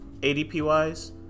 ADP-wise